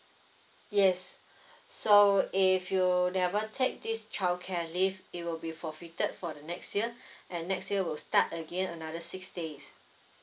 yes so if you never take this childcare leave it will be forfeited for the next year and next year will start again another six days